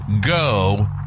go